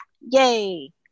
yay